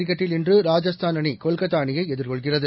கிரிக்கெட்டில் இன்று ராஜஸ்தான் அணி கொல்கத்தா அணியை எதிர்கொள்கிறது